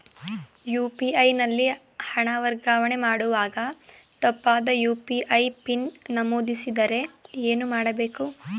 UPI ನಲ್ಲಿ ಹಣ ವರ್ಗಾವಣೆ ಮಾಡುವಾಗ ತಪ್ಪಾದ ಯು.ಪಿ.ಐ ಪಿನ್ ನಮೂದಿಸಿದರೆ ಏನು ಮಾಡಬೇಕು?